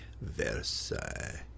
Versailles